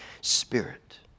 spirit